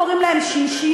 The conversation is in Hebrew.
קוראים להם שינשינים,